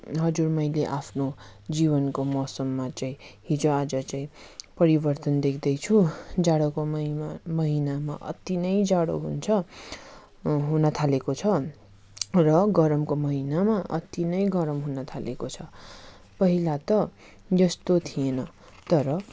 हजुर मैले आफ्नो जीवनको मौसममा चाहिँ हिजोआज चाहिँ परिवर्तन देख्दैछु जाडोको महिमा महिनामा अति नै जाडो हुन्छ हुन थालेको छ र गरमको महिनामा अति नै गरम हुन थालेको छ पहिला त यस्तो थिएन तर